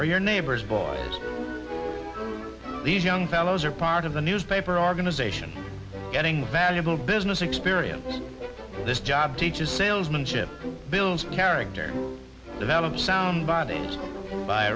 or your neighbor's boys these young fellows are part of the newspaper organization getting valuable business experience this job teaches salesmanship builds character develop sound bodies by